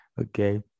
okay